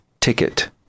ticket